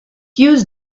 use